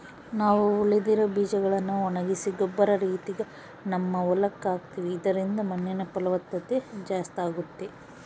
ನಾವು ಉಳಿದಿರೊ ಬೀಜಗಳ್ನ ಒಣಗಿಸಿ ಗೊಬ್ಬರ ರೀತಿಗ ನಮ್ಮ ಹೊಲಕ್ಕ ಹಾಕ್ತಿವಿ ಇದರಿಂದ ಮಣ್ಣಿನ ಫಲವತ್ತತೆ ಜಾಸ್ತಾಗುತ್ತೆ